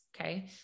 Okay